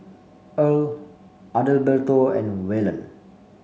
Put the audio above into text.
Earle Adalberto and Waylon